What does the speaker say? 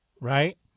right